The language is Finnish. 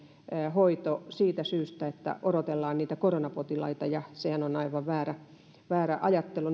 hoito siitä syystä että odotellaan niitä koronapotilaita ja sehän on aivan väärä väärä ajattelu